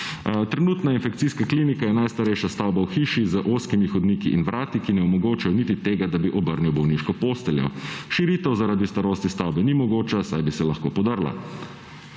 Trenutna infekcijska klinika je najstarejša stavba v hiši z ozkimi hodniki in vrati, ki ne omogočajo niti tega, da bi obrnil bolniško posteljo. Širitev zaradi starosti stavbe ni mogoča, saj bi se lahko podrla.